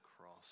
cross